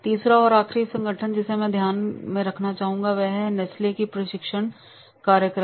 तीसरा और आखिरी संगठन जिसे मैं ध्यान में रखना चाहूंगा वह है नेस्ले का प्रशिक्षण कार्यक्रम है